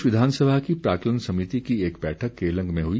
प्रदेश विधानसभा की प्राकलन समिति की एक बैठक केलंग में हुई